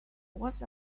was